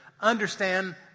understand